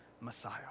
Messiah